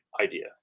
idea